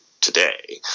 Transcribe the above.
today